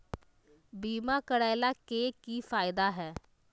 बीमा करैला के की फायदा है?